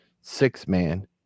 six-man